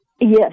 Yes